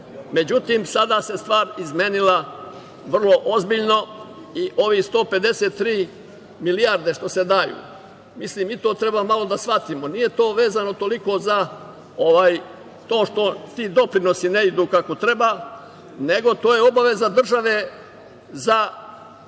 to.Međutim, sada se stvar izmenila vrlo ozbiljno i ovih 153 milijarde što se daju, i to treba malo da shvatimo, nije to vezano toliko za to što ti doprinosi ne idu kako treba, nego to je obaveza države za ovaj